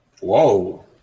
Whoa